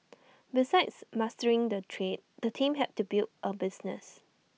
besides mastering the trade the team had to build A business